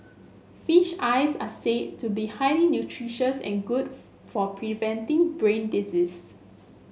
fish eyes are said to be highly nutritious and good for preventing brain disease